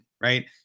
right